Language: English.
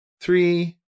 three